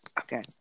okay